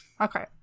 okay